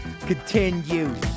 Continues